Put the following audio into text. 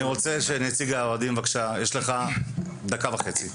אני רוצה שנציג האוהדים בבקשה יש לך דקה וחצי.